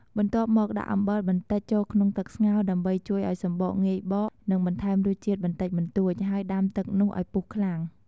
បន្ទាប់មកដាក់អំបិលបន្តិចចូលក្នុងទឹកស្ងោរ ដើម្បីជួយឱ្យសំបកងាយបក និងបន្ថែមរសជាតិបន្តិចបន្ទួច ហើយដាំទឹកនោះឱ្យពុះខ្លាំង។